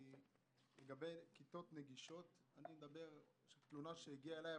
לגבי כיתות נגישות אני מדבר על תלונה שהגיעה אליי,